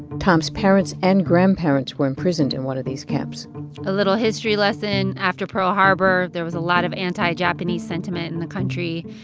tom's parents and grandparents were imprisoned in one of these camps a little history lesson after pearl harbor, there was a lot of anti-japanese sentiment in the country,